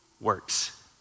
works